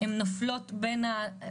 הן נופלות בין הכיסאות.